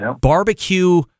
Barbecue